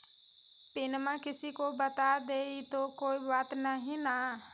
पिनमा किसी को बता देई तो कोइ बात नहि ना?